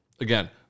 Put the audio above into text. again